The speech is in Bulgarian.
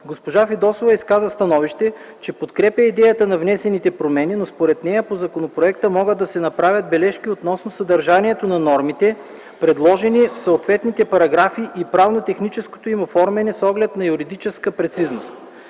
Госпожа Фидосова изказа становище, че подкрепя идеята на внесените промени, но според нея по законопроекта могат да се направят бележки относно съдържанието на нормите, предложени в съответните параграфи и правно-техническото им оформяне с оглед на юридическа прецизност.